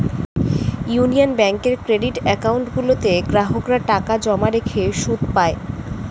union ব্যাঙ্কের credit account গুলোতে গ্রাহকরা টাকা জমা রেখে সুদ পায়